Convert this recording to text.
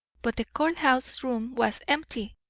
but the court-house room was empty,